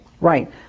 Right